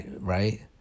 right